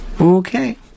okay